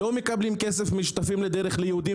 לא מקבלים כסף משותפים לדרך ליהודים